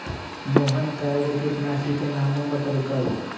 मोहन कै गो किटनाशी के नामो बतलकई